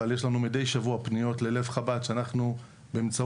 אבל יש לנו מידי שבוע פניות ללב חב"ד שאנחנו באמצעות